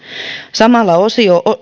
samalla